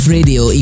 Radio